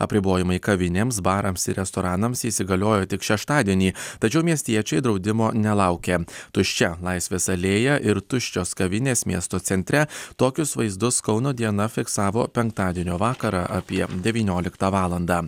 apribojimai kavinėms barams ir restoranams įsigaliojo tik šeštadienį tačiau miestiečiai draudimo nelaukė tuščia laisvės alėja ir tuščios kavinės miesto centre tokius vaizdus kauno diena fiksavo penktadienio vakarą apie devynioliktą valandą